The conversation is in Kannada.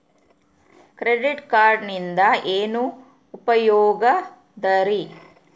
ಕ್ರೆಡಿಟ್ ಕಾರ್ಡಿನಿಂದ ಏನು ಉಪಯೋಗದರಿ?